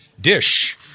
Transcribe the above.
dish